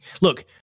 Look